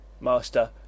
master